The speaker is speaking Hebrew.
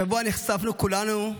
השבוע נחשפנו כולנו,